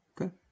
Okay